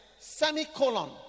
semicolon